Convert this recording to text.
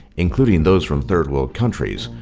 including those from third world countries,